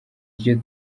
ryo